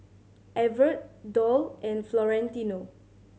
Evertt Doll and Florentino